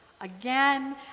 again